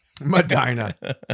medina